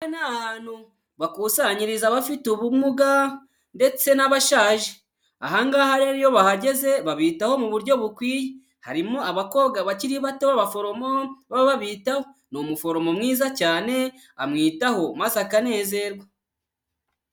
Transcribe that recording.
Aha ni ahantu bakusanyiriza abafite ubumuga ndetse n'abashaje. Aha ngaha rero iyo bahageze babitaho mu buryo bukwiye, harimo abakobwa bakiri bato b'abaforomo baba babitaho, ni umuforomo mwiza cyane amwitaho maze akanezerwa.